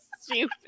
stupid